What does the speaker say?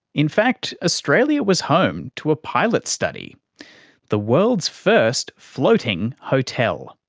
in fact, australia was home to a pilot study the world's first floating hotel,